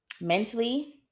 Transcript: Mentally